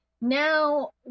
Now